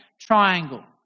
triangle